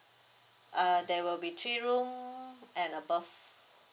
err there will be three room and above